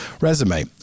resume